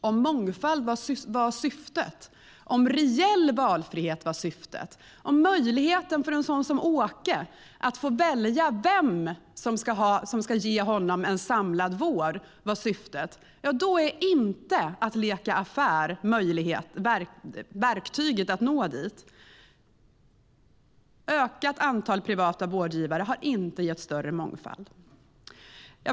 Om syftet var mångfald, om syftet var reell valfrihet, om syftet var möjligheten för någon som Åke att välja vem som ska ge honom en samlad vård, är verktyget för att nå dit inte att leka affär. Ökat antal privata vårdgivare har inte gett större mångfald.